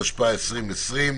התשפ"א-2020.